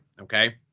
Okay